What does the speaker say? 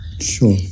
Sure